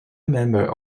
member